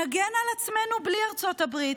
נגן על עצמנו בלי ארצות הברית.